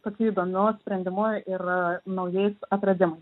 tokiu įdomiu sprendimu ir naujais atradimais